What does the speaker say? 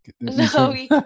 No